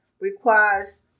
requires